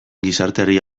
gizarteari